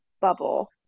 bubble